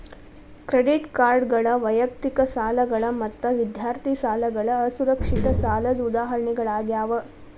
credit ಕಾರ್ಡ್ಗಳ ವೈಯಕ್ತಿಕ ಸಾಲಗಳ ಮತ್ತ ವಿದ್ಯಾರ್ಥಿ ಸಾಲಗಳ ಅಸುರಕ್ಷಿತ ಸಾಲದ್ ಉದಾಹರಣಿಗಳಾಗ್ಯಾವ